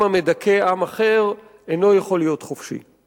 עם המדכא עם אחר אינו יכול להיות חופשי.